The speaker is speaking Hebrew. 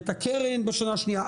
ואת הקרן בשנה השנייה.